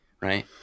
right